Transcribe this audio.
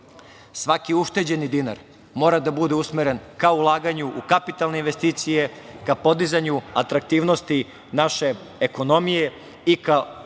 svaki ušteđeni dinar, mora da bude usmeren ka ulaganju kapitalne investicije, ka podizanju atraktivnosti naše ekonomije i ka